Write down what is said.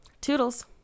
toodles